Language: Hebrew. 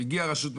מגיעה רשות מקומית,